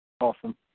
Awesome